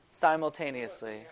simultaneously